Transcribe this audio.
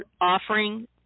offering